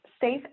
safe